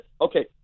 okay